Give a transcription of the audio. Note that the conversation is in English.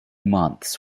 months